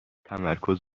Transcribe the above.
تمرکز